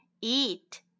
Eat